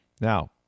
Now –